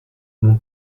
mon